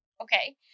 Okay